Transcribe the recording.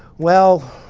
well,